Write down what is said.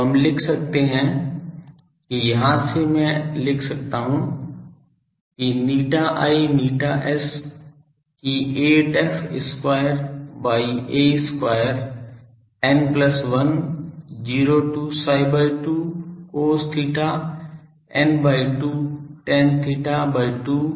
तो हम लिख सकते हैं कि यहाँ से मैं लिख सकता हूँ ηi ηs कि 8f square by a square n plus 1 0 to psi by 2 cos theta n by 2 tan theta by 2 d theta whole square